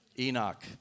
Enoch